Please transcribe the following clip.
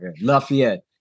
Lafayette